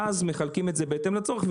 ואז מחלקים את זה בהתאם לצורך,